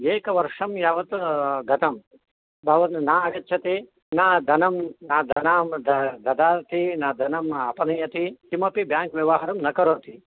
एकवर्षं यावत् गतं तावत् न आगच्छति न धनं न धनं ददाति न धनम् अपनयति किमपि बेङ्क् व्यवहारं न करोति